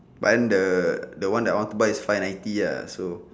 but then the the one that I want to buy is five ninety ah so